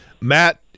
Matt